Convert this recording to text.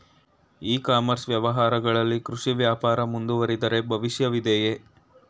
E commerce ವ್ಯವಹಾರಗಳಲ್ಲಿ ಕೃಷಿ ವ್ಯಾಪಾರ ಮುಂದುವರಿದರೆ ಭವಿಷ್ಯವಿದೆಯೇ?